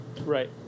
Right